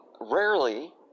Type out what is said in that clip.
rarely